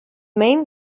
main